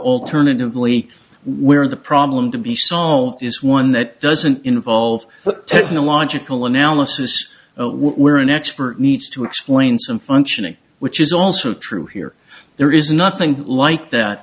alternatively where the problem to be solved is one that doesn't involve technological analysis where an expert needs to explain some functioning which is also true here there is nothing like that